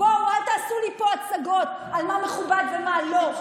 בואו, אל תעשו לי פה הצגות על מה מכובד ומה לא.